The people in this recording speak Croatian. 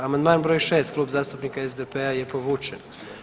Amandman broj šest Klub zastupnika SDP-a je povučen.